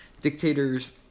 dictators